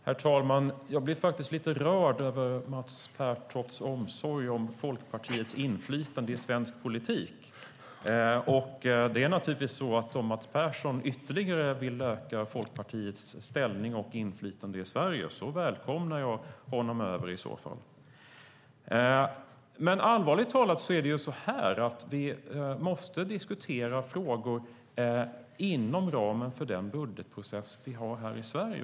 Herr talman! Jag blir faktiskt lite rörd över Mats Pertofts omsorg om Folkpartiets inflytande i svensk politik. Det är naturligtvis så att om Mats Pertoft ytterligare vill öka Folkpartiets ställning och inflytande i Sverige välkomnar jag honom över. Allvarligt talat är det dock så att vi måste diskutera frågor inom ramen för den budgetprocess vi har här i Sverige.